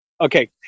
Okay